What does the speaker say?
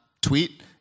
tweet